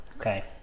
Okay